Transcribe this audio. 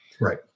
Right